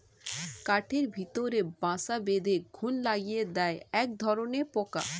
কাঠের ভেতরে বাসা বেঁধে ঘুন লাগিয়ে দেয় একধরনের পোকা